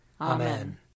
Amen